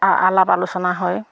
আলাপ আলোচনা হয়